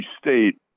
State